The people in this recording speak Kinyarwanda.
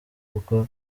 kuko